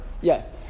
Yes